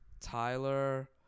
Tyler